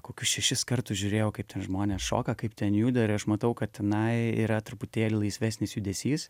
kokius šešis kartus žiūrėjau kaip ten žmonės šoka kaip ten juda ir aš matau katinai yra truputėlį laisvesnis judesys